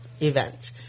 event